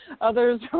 Others